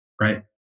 right